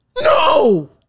No